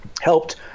helped